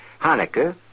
Hanukkah